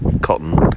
cotton